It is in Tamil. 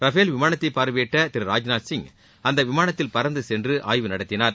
ரஃபேல் விமானத்தை பார்வையிட்ட திரு ராஜ்நாத் சிங் அந்த விமானத்தில் பறந்துகென்று ஆய்வு நடத்தினார்